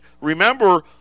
Remember